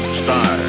star